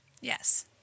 Yes